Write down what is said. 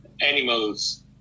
Animals